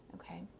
Okay